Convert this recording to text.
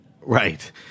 Right